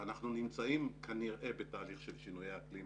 ואנחנו נמצאים כנראה בתהליך של שינויי אקלים